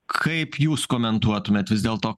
kaip jūs komentuotumėt vis dėlto